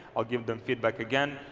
i'll give them feedback again.